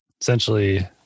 essentially